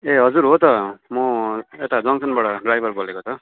ए हजुर हो त म यता जङ्गसनबाट ड्राइभर बोलेको त